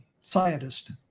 scientist